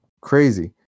Crazy